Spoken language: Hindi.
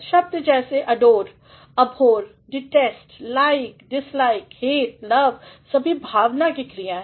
शब्द जैसे adore abhor detest like dislike hate love सभी भावना के क्रिया हैं